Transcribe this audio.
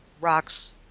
rocks